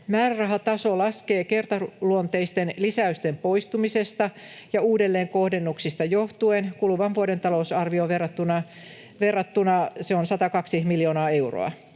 Määrärahataso laskee kertaluonteisten lisäysten poistumisesta ja uudelleenkohdennuksista johtuen. Kuluvan vuoden talousarvioon verrattuna se on 102 miljoonaa euroa.